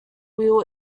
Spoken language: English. wheel